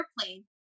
airplane